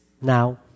Now